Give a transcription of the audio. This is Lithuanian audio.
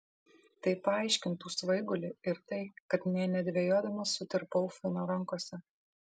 tai paaiškintų svaigulį ir tai kad nė nedvejodama sutirpau fino rankose